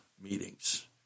meetings